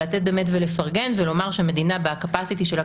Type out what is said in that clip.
לתת ולפרגן ולומר שהמדינה בקפסיטי שלה